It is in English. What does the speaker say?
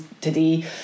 today